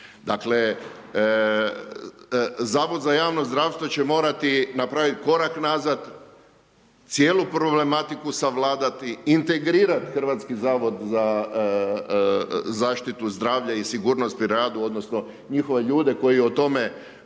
Dakle, Zavod za javno zdravstvo će morati napraviti korak nazad, cijelu problematiku savladati, integrirati Hrvatski zavod za zaštitu zdravlja i sigurnosti na radu odnosno njihove ljude koji o tome gotovo